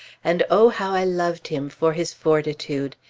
and oh, how i loved him for his fortitude!